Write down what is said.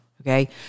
okay